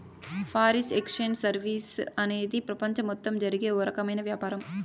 foreign exchange services అనేది ప్రపంచం మొత్తం జరిగే ఓ రకమైన వ్యాపారం